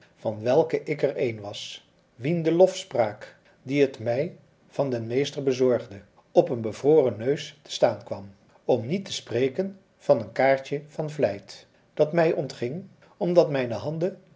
van welke ik er één was wien de lofspraak die het mij van den meester bezorgde op een bevroren neus te staan kwam om niet te spreken van een kaartje van vlijt dat mij ontging omdat mijne handen